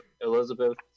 Elizabeth